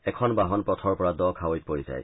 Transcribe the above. এখন বাহন পথৰ পৰা দ খাৱৈত পৰি যায়